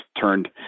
turned